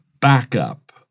backup